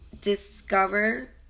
discover